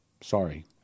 Sorry